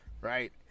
Right